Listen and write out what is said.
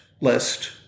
list